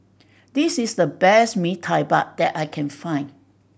this is the best Mee Tai Mak that I can find